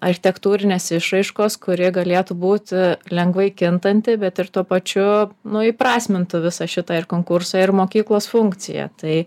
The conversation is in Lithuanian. architektūrinės išraiškos kuri galėtų būt lengvai kintanti bet ir tuo pačiu nu įprasmintų visą šitą ir konkursą ir mokyklos funkciją tai